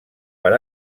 per